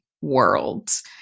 worlds